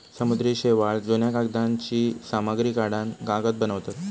समुद्री शेवाळ, जुन्या कागदांची सामग्री काढान कागद बनवतत